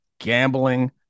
gambling